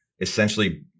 essentially